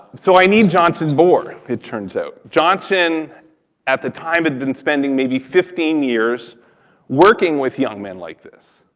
so i need johnson bohr, it turns out. johnson at the time had been spending maybe fifteen years working with young men like this,